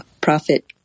profit